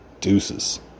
Deuces